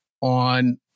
on